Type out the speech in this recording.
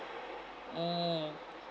hmm